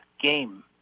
game